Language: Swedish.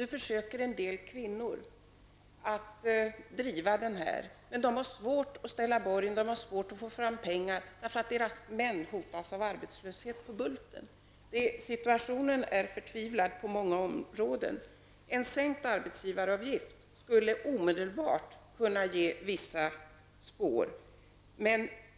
Nu försöker en del kvinnor att driva verksamheten, men de har svårt att få borgen och de har svårt att få fram pengar eftersom deras män hotas av arbetslöshet på Situationen är förtvivlad på många områden. En sänkning av arbetsgivaravgiften skulle omedelbart kunna ge vissa resultat.